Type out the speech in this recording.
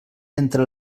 entre